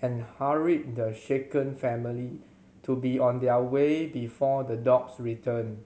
and hurried the shaken family to be on their way before the dogs return